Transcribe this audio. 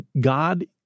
God